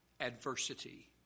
Adversity